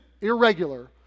irregular